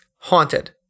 Haunted